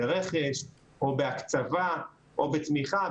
ברכש או בקצבה או בתמיכה.